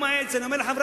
-משפט.